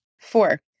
Four